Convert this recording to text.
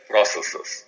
Processes